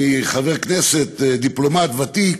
מחבר כנסת, דיפלומט ותיק.